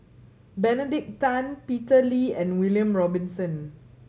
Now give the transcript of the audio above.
Benedict Tan Peter Lee and William Robinson